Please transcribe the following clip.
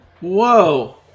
whoa